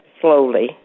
slowly